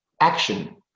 action